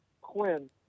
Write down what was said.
Quinn